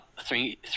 three